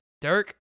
Dirk